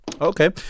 Okay